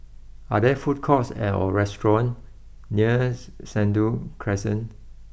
are there food courts or restaurants near Sentul Crescent